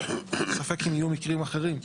ספק אם יהיו מקרים אחרים,